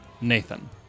Nathan